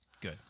Good